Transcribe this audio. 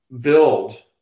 build